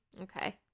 Okay